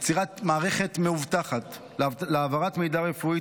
יצירת מערכת מאובטחת להעברת מידע רפואי